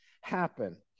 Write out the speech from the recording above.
happen